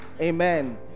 Amen